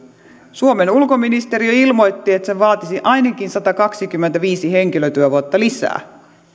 suomen ulkoministeriö ilmoitti että se vaatisi ainakin satakaksikymmentäviisi henkilötyövuotta lisää